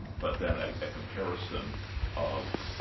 but then a comparison of